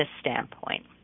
standpoint